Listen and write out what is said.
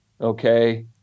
Okay